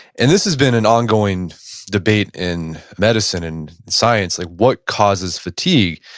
and this has been an ongoing debate in medicine and science. like what causes fatigue?